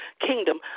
kingdom